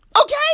Okay